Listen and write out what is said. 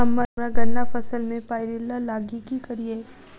हम्मर गन्ना फसल मे पायरिल्ला लागि की करियै?